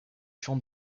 champ